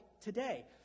today